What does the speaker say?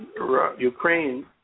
Ukraine